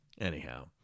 Anyhow